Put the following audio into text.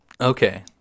Okay